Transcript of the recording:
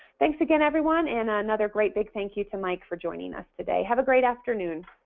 thanks again everyone and another great big thank you to mike, for joining us today. have a great afternoon.